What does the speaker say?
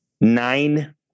nine